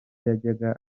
yajyaga